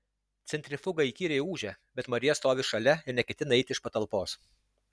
centrifuga įkyriai ūžia bet marija stovi šalia ir neketina eiti iš patalpos